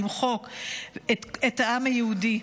למחוק את העם היהודי.